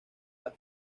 las